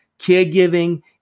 Caregiving